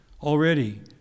Already